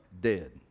dead